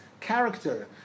character